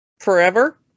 forever